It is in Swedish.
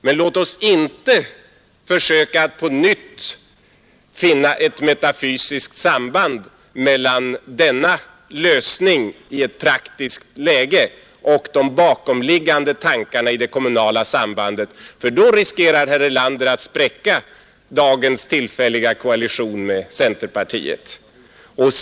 Men låt oss inte försöka på nytt finna ett metafysiskt samband mellan denna lösning i ett praktiskt läge och de bakomliggande tankarna i det kommunala sambandet, för då riskerar herr Erlander att spräcka dagens tillfälliga koalition med centerpartiet.